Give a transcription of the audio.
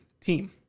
team